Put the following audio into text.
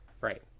Right